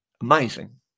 Amazing